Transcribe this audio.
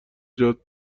جات